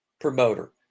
promoter